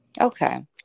Okay